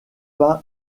pas